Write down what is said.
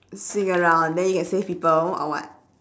swing around then you can save people or what